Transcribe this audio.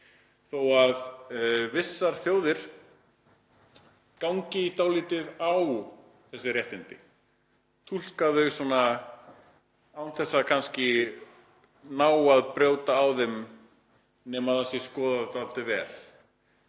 þó að vissar þjóðir gangi dálítið á þessi réttindi, túlki þau svona án þess kannski að ná að brjóta á þeim nema það sé skoðað dálítið vel